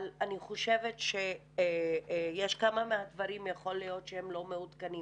אבל אני חושבת שכמה מהדברים הם לא מעודכנים.